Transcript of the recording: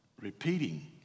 repeating